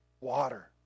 water